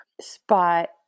spot